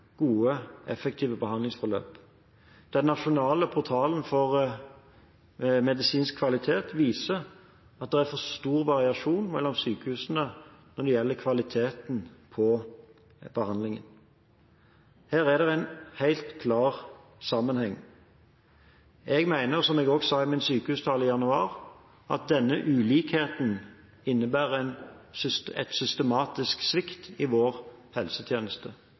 gode og effektive behandlingsforløp. Den nasjonale portalen for medisinsk kvalitet viser at det er for stor variasjon mellom sykehusene når det gjelder kvaliteten på behandlingen. Her er det en helt klar sammenheng. Jeg mener, som jeg også sa i min sykehustale i januar, at denne ulikheten innebærer en systematisk svikt i vår helsetjeneste.